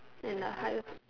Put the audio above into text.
and a higher